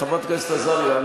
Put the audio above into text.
חברת הכנסת עזריה,